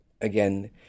again